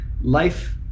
life